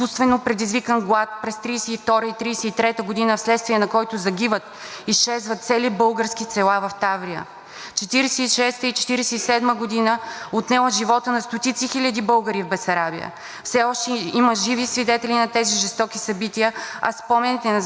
1946 – 1947 г., отнел живота на стотици хиляди българи в Бесарабия? Все още има живи свидетели на тези жестоки събития, а спомените на загиналите са запазени в архиви, книги и филми. Ако искате, Вие можете да се запознаете с това, стига да имате желание.